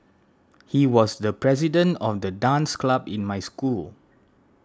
he was the president of the dance club in my school